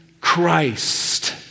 Christ